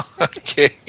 Okay